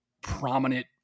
prominent